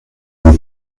vous